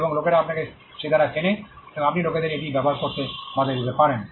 এবং লোকেরা আপনাকে সে দ্বারা চেনে এবং আপনি লোকেদের এটি ব্যবহার করতে বাধা দিতে পারেন